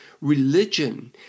religion